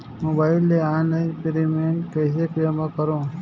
Mobile ले online premium कइसे जमा करों?